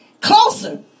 closer